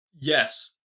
yes